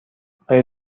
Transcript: آیا